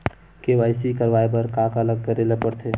KYC करवाय बर का का करे ल पड़थे?